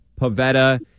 Pavetta